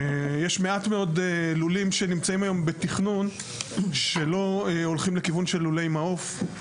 יש מעט מאוד לולים שנמצאים היום בתכנון שלא הולכים לכיוון של לולי מעוף.